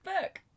book